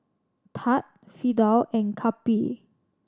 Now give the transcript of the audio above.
Thad Fidel and Cappie